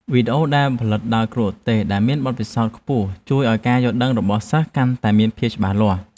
វីដេអូបង្រៀនដែលផលិតដោយគ្រូឧទ្ទេសដែលមានបទពិសោធន៍ខ្ពស់ជួយឱ្យការយល់ដឹងរបស់សិស្សកាន់តែមានភាពច្បាស់លាស់។